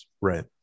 right